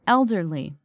Elderly